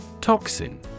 Toxin